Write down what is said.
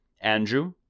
Andrew